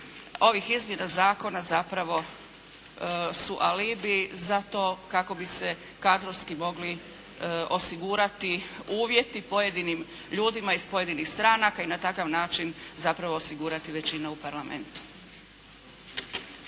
ovih izmjena zakona zapravo su alibi za to kako bi se kadrovski mogli osigurati uvjeti pojedinim ljudima iz pojedinih stranaka i na takav način zapravo osigurati većina u Parlamentu.